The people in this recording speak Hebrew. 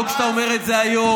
לא כשאתה אומר את זה היום,